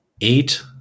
Eight